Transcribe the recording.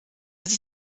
sie